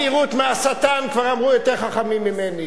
המהירות מהשטן, כבר אמרו יותר חכמים ממני.